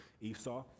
Esau